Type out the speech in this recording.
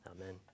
Amen